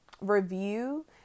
review